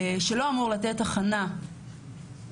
שלא אמור לתת הכנה פרסונלית.